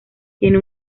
tiene